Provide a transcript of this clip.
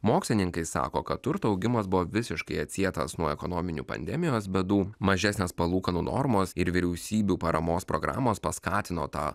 mokslininkai sako kad turto augimas buvo visiškai atsietas nuo ekonominių pandemijos bėdų mažesnės palūkanų normos ir vyriausybių paramos programos paskatino tą